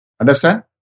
Understand